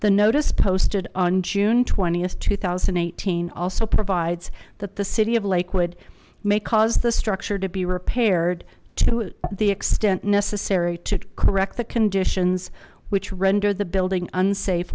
the notice posted on june th two thousand and eighteen also provides that the city of lakewood may cause the structure to be repaired to the extent necessary to correct the conditions which render the building unsafe